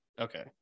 Okay